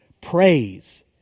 Praise